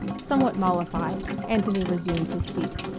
somewhat mollified, anthony resumed his seat.